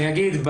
אני אגיד,